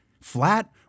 flat